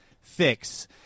fix